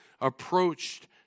approached